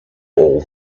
all